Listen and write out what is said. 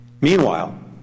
Meanwhile